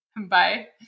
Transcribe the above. Bye